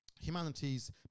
humanities